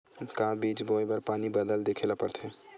का बीज बोय बर पानी बादल देखेला पड़थे?